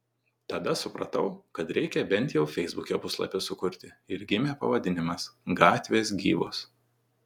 tada supratau kad reikia bent jau feisbuke puslapį sukurti ir gimė pavadinimas gatvės gyvos